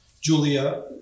Julia